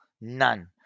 None